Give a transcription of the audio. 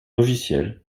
logiciel